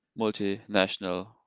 multinational